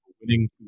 winning